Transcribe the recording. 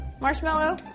Marshmallow